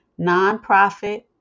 Nonprofit